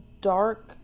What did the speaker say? dark